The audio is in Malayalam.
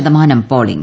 ശതമാനം പോളിംഗ്